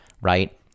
right